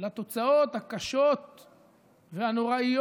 לתוצאות הקשות והנוראיות